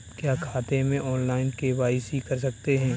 क्या खाते में ऑनलाइन के.वाई.सी कर सकते हैं?